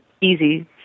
easy